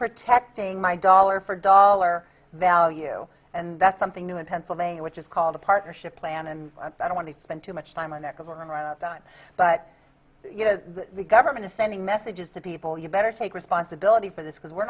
protecting my dollar for dollar value and that's something new in pennsylvania which is called a partnership plan and i don't want to spend too much time on that program or on a dime but you know the government is sending messages to people you better take responsibility for this because we're